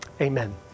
Amen